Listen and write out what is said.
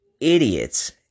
idiots